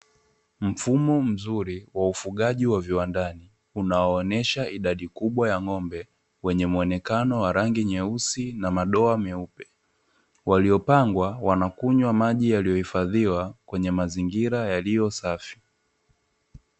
Mfumo mzuri wa ufugaji wa viwandani, unaoonyesha idadi kubwa ya ng'ombe wenye muonekano wa rangi nyeusi, na madoa meupe. Waliopangwa wanakunywa maji yaliyohifadhiwa kwenye mazingira yaliyo safi.